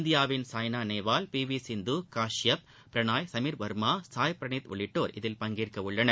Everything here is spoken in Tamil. இந்தியாவின் சாய்னா நேவால் பி வி சிந்து கஷ்யப் பிரணாய் சமீர் வர்மா சாய் பிரனீத் உள்ளிட்டோர் இதில் பங்கேற்க உள்ளனர்